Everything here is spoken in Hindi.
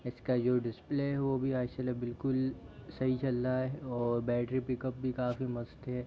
इसका जो डिस्प्ले है वो भी आज तलक बिल्कुल सही चल रहा है और बैटरी बैकप भी काफ़ी मस्त है